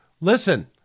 Listen